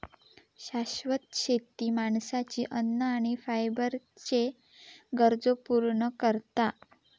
शाश्वत शेती माणसाची अन्न आणि फायबरच्ये गरजो पूर्ण करता